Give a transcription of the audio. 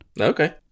okay